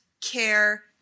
care